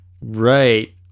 right